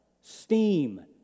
steam